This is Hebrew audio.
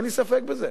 אין לי ספק בזה,